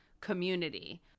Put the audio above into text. community